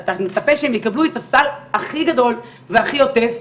אתה מצפה שהם יקבלו את הסל הכי גדול והכי עוטף.